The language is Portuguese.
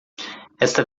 esta